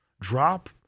drop